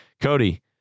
Cody